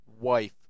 wife